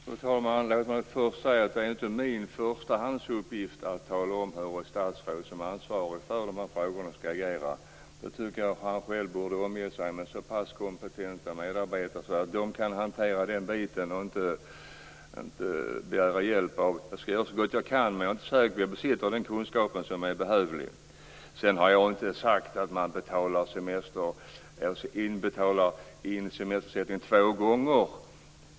Fru talman! Låt mig först säga att det inte är min förstahandsuppgift att tala om hur ett statsråd som är ansvarigt för de här frågorna skall agera. Jag tycker att han borde omge sig med så pass kompetenta medarbetare att de kan hantera den biten utan att begära hjälp av mig. Jag skall göra så gott jag kan, men jag är inte säker på att jag besitter den kunskap som är behövlig. Sedan har jag inte sagt att man betalar in semesterersättning två gånger.